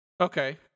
Okay